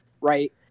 right